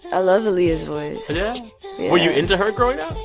i love aaliyah's voice yeah? yeah were you into her growing up?